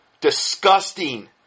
disgusting